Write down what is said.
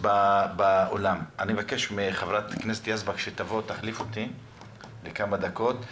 אני מבקש מחברת הכנסת יזבק שתחליף אותי לכמה דקות.